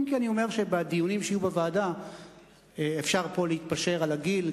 אם כי אני אומר שבדיונים שיהיו בוועדה אפשר פה להתפשר על הגיל,